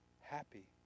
Happy